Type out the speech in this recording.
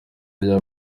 rya